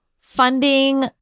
funding